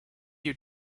you